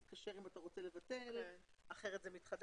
תתקשר אם אתה רוצה לבטל כי אחרת זה מתחדש.